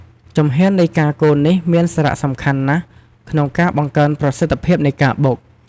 ជំហាននៃការកូរនេះមានសារៈសំខាន់ណាស់ក្នុងការបង្កើនប្រសិទ្ធភាពនៃការបុក។